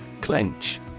Clench